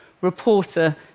reporter